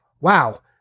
wow